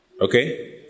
Okay